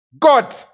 God